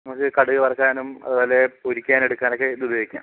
നമുക്ക് കടുക് വറുക്കാനും അതുപോലെ പൊരിക്കാനെടുക്കാനൊക്കെ ഇതു ഉപയോഗിക്കാം